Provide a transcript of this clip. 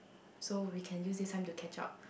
so we can use this time to catch up